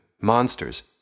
monsters